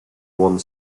one